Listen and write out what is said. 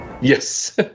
Yes